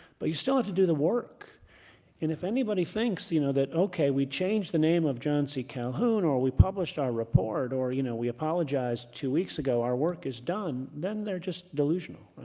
but you still have to do the work. and if anybody thinks you know that, ok we changed the name of john c calhoun or we published our report or you know we apologized two weeks ago, our work is done, then they're just delusional.